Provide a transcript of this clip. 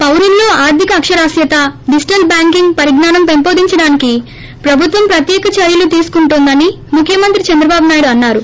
పౌరుల్లో ఆర్గిక అక్షరాస్కత digital banking పరిజ్ఞానం పెంపొదించడానికి ప్రబుత్వం ప్రత్యేక చర్యలు తెసుకుంటోందని ముఖ్యమంత్రి చంద్రబాబు నాయుడు అన్నారు